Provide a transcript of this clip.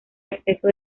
acceso